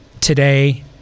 today